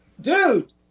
dude